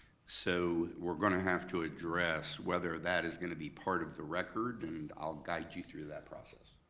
so we're gonna have to address whether that is gonna be part of the record, and i'll guide you through that process.